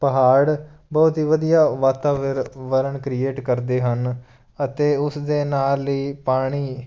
ਪਹਾੜ ਬਹੁਤ ਹੀ ਵਧੀਆ ਵਾਤਾਵਰਨ ਵਰਨ ਕ੍ਰੀਏਟ ਕਰਦੇ ਹਨ ਅਤੇ ਉਸ ਦੇ ਨਾਲ ਹੀ ਪਾਣੀ